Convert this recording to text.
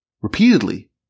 Repeatedly